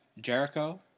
Jericho